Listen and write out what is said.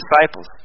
disciples